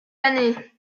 années